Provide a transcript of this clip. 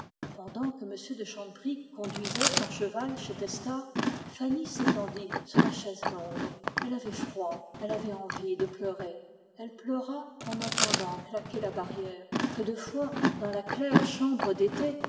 pendant que m de chanteprie conduisait son cheval chez testard fanny s'étendit sur la chaise longue elle avait froid elle avait envie de pleurer elle pleura en entendant claquer la barrière que de fois dans la claire chambre d'été